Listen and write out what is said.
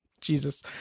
Jesus